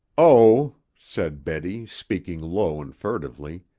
oh, said betty, speaking low and furtively,